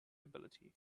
ability